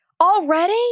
Already